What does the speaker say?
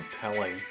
compelling